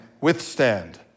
withstand